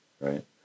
right